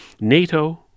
NATO